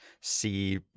see